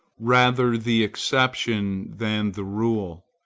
rather the exception than the rule.